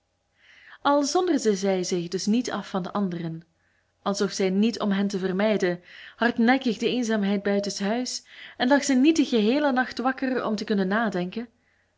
al zonderde zij zich dus niet af van de anderen al zocht zij niet om hen te vermijden hardnekkig de eenzaamheid buitenshuis en lag zij niet den geheelen nacht wakker om te kunnen nadenken